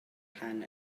rhan